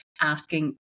asking